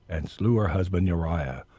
and slew her husband uriah,